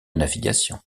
navigation